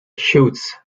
shoots